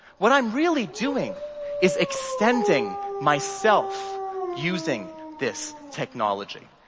what i'm really doing is extending myself using this technology.